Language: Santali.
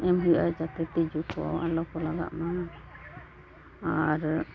ᱮᱢ ᱦᱩᱭᱩᱜᱼᱟ ᱡᱟᱛᱮ ᱛᱤᱡᱩ ᱠᱚ ᱟᱞᱚ ᱠᱚ ᱞᱟᱜᱟᱜ ᱢᱟ ᱟᱨ